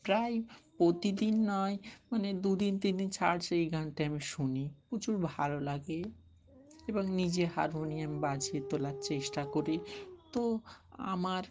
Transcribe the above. প্রায় প্রতিদিন নয় মানে দু দিন তিন দিন ছাড়া সেই গানটা আমি শুনি প্রচুর ভালো লাগে এবং নিজে হারমোনিয়াম বাজিয়ে তোলার চেষ্টা করি তো আমার